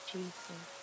Jesus